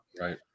right